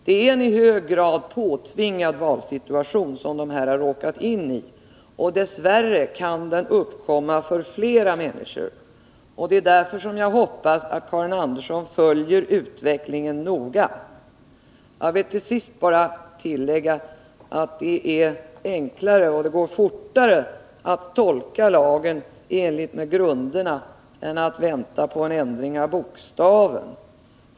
Det är en i hög grad påtvingad valsituation som dessa människor har råkat in i. Dess värre kan den situationen uppkomma för flera människor. Det är därför jag hoppas att Karin Andersson följer utvecklingen noga. Jag vill till sist bara säga att det är enklare och det går fortare att tolka lagen i enlighet med grunderna än att vänta på en ändring av bokstaven.